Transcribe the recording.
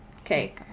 Okay